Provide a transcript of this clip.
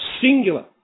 singular